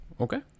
Okay